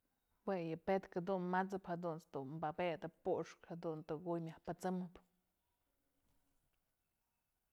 Jue yë pe'etkë jedun mat'sëp jadunt's dun pabetëp puxkë jadun tëkuy myaj pësëmëp.